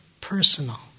personal